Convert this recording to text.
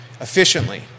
efficiently